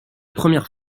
première